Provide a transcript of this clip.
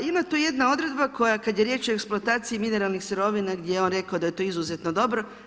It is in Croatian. Ima tu jedna odredba koja kad je riječ o eksploataciji mineralnih sirovina gdje je on rekao da je to izuzetno dobro.